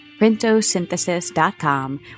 printosynthesis.com